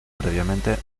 previamente